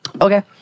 Okay